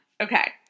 Okay